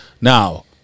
Now